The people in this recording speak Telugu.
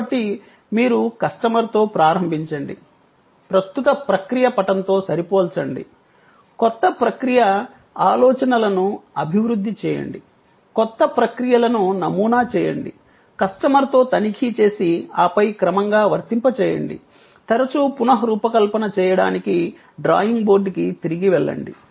కాబట్టి మీరు కస్టమర్తో ప్రారంభించండి ప్రస్తుత ప్రక్రియ పటంతో సరిపోల్చండి కొత్త ప్రక్రియ ఆలోచనలను అభివృద్ధి చేయండి కొత్త ప్రక్రియలను నమూనా చేయండి కస్టమర్తో తనిఖీ చేసి ఆపై క్రమంగా వర్తింపచేయండి తరచూ పునఃరూపకల్పన చేయడానికి డ్రాయింగ్ బోర్డ్కి తిరిగి వెళ్లండి